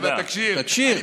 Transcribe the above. תקשי"ר?